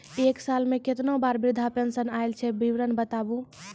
एक साल मे केतना बार वृद्धा पेंशन आयल छै विवरन बताबू?